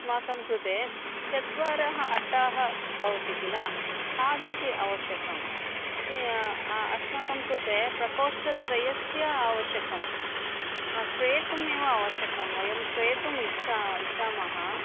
अस्माकं कृते चत्वारः अट्टाः भवन्ति किल तादृशी अवश्यकम् अस्माकं कृते प्रकोष्टत्रयस्य आवश्यकं क्रेतुमेव आवश्यकं वयं क्रेतुम् इच्छामः इच्छामः